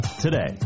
today